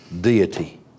deity